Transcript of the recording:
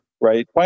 right